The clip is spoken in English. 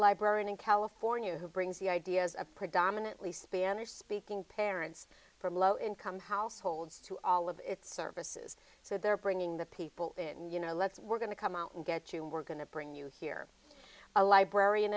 librarian in california who brings the ideas of predominately spanish speaking parents from low income households to all of its services so they're bringing the people in you know let's we're going to come out and get you we're going to bring you here a librarian